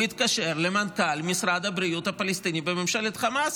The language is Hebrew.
הוא התקשר למנכ"ל משרד הבריאות הפלסטיני בממשלת חמאס.